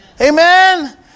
Amen